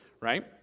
right